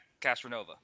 Castronova